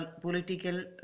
political